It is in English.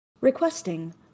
Requesting